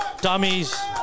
Dummies